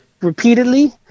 repeatedly